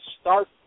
start